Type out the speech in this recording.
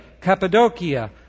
Cappadocia